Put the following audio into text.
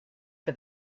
for